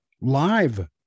live